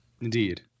Indeed